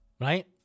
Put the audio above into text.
Right